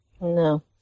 No